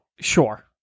Sure